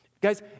Guys